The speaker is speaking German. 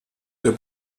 der